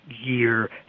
year